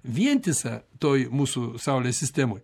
vientisa toji mūsų saulės sistemoj